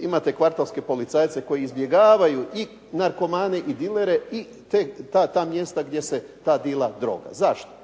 Imate kvartovske policajce koji izbjegavaju i narkomane i dilere i tek ta mjesta gdje se dila droga. Zašto?